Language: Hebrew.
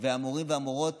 שהמורים והמורות